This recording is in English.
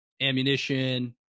ammunition